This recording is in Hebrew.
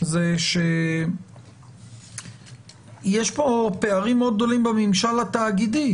זה שיש כאן פערים מאוד גדולים בממשל התאגידי.